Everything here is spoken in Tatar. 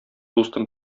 дустым